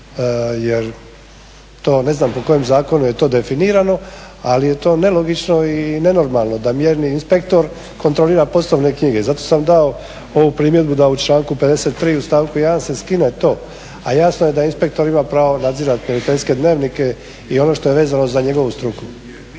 jer to ne znam po kojem zakonu je to definirano, ali je to nelogično i nenormalno da mjerni inspektor kontrolira poslovne knjige. Zato sam dao ovu primjedbu da u članku 53. stavku 1. se skine to. A jasno je da inspektor ima pravo nadzirat mjeriteljske dnevnike i ono što je vezano za njegovu struku.